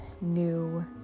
new